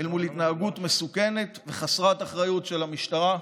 התנהגות מסוכנת וחסרת אחריות של המשטרה.